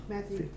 Matthew